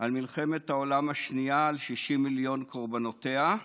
על מלחמת העולם השנייה על 60 מיליון קורבנותיה.